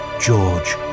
George